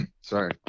Sorry